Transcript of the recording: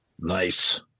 Nice